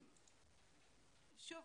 שוב,